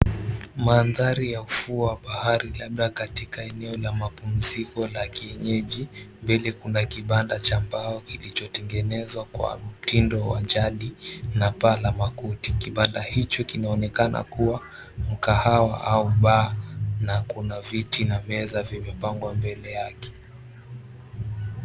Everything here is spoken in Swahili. Maandhari ya ufuo wa bahari labda katika maeneo ya mapumziko ya kienyeji mbele kuna kibanda cha mbao kilicho tengenezwa kwa mtindo wa jadi na paa la makuti, kibanda hicho kinaonekana kuwa mkahawa au bar na kuna viti na meza vimepangwa mbele yake.